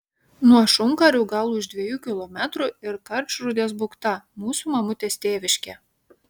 nuo šunkarių gal už dviejų kilometrų ir karčrūdės bukta mūsų mamutės tėviškė